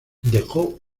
dejó